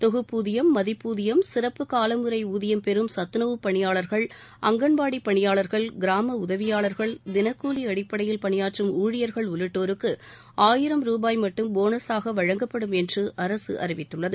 தொகுப்புதியம் மதிப்புதியம் சிறப்புக்காலமுறை ஊதியம் பெறும் சத்துணவுப் பணியாளர்கள் அங்கன்வாடிப் பணியாளர்கள் கிராம உதவியாளர்கள் தினக்கூலி அடிப்படையில் பணியாற்றும் ஊழியர்கள் உள்ளிட்டோருக்கு ஆயிரம் ரூபாய் மட்டும் போனஸாக வழங்கப்படும் என்று அரசு அறிவித்துள்ளது